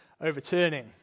overturning